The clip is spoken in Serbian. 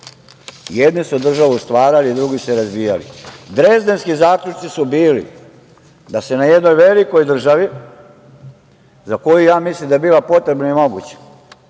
Jedni su državu stvarali, a drugi su je razbijali. Drezdenski zaključci su bili da se na jednoj velikoj državi, za koju ja mislim da je bila potrebna i moguća